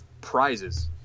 prizes